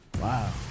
Wow